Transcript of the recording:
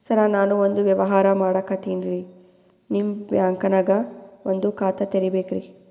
ಸರ ನಾನು ಒಂದು ವ್ಯವಹಾರ ಮಾಡಕತಿನ್ರಿ, ನಿಮ್ ಬ್ಯಾಂಕನಗ ಒಂದು ಖಾತ ತೆರಿಬೇಕ್ರಿ?